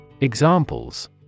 Examples